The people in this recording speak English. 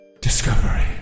discovery